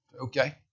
Okay